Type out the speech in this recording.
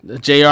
Jr